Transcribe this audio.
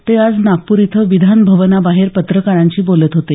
ते आज नागपूर इथे विधान भवनाबाहेर पत्रकारांशी बोलत होते